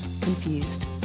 Confused